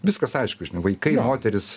viskas aišku žinai vaikai moterys